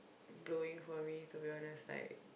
blowing for me to be honest like